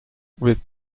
with